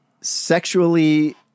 sexually